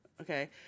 Okay